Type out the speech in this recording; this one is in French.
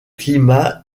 climat